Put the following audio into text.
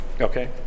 Okay